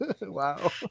Wow